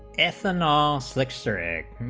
s leonor like so